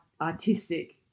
artistic